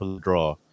draw